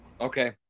Okay